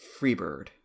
Freebird